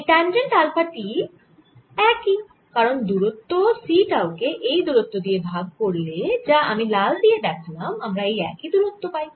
এই tangent alpha টি ও একই কারণ দূরত্ব c টাউ কে এই দূরত্ব দিয়ে ভাগ করলে যা আমি লাল দিয়ে দেখালাম আমরা এই একই দূরত্ব পাই